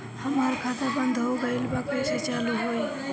हमार खाता बंद हो गइल बा कइसे चालू होई?